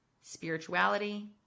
Spirituality